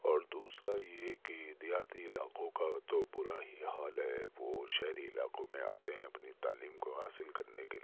اور دوسرا یہ کہ دیہاتی علاقوں کا تو برا ہی حال ہے وہ شہری علاقوں میں آتے ہیں اپنی تعلیم کو حاصل کرنے کے لیے